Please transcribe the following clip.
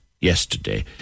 yesterday